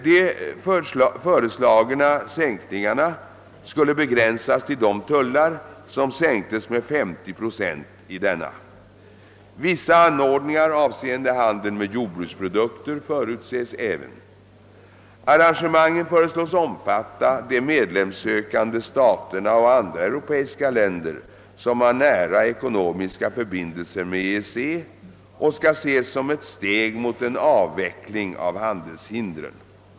De föreslagna sänkningarna skulle begränsas till de tullar som sänktes med 50 procent i denna. Vissa anordningar avseende handeln med jordbruksprodukter förutses även. Arrangemangen föreslås omfatta de medlemssökande staterna och andra europeiska länder som har nära ekonomiska förbindelser med EEC och skall ses som ett steg mot en avveckling av handelshindren.